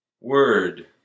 word